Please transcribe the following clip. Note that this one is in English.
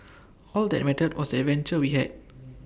all that mattered was adventure we had